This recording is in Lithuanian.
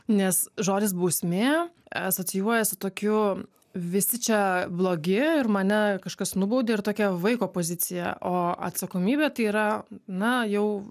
nes žodis bausmė asocijuoja su tokiu visi čia blogi ir mane kažkas nubaudė ir tokia vaiko pozicija o atsakomybė tai yra na jau